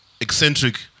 eccentric